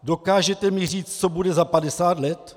Dokážete mi říct, co bude za padesát let?